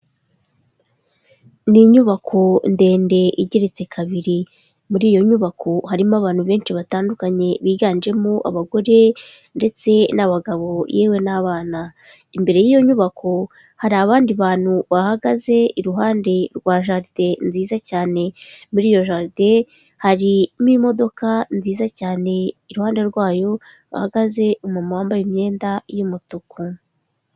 Ni inyubako ndende igeretse kabiri. Muri iyo nyubako harimo abantu benshi batandukanye biganjemo abagore ndetse n'abagabo yewe n'abana. Imbere y'iyo nyubako, hari abandi bantu bahagaze iruhande rwa jaride nziza cyane. Muri iyo jaride harimo imodoka nziza cyane iruhande rwayo, hahagaze umumama wambaye imyenda y'umutuku.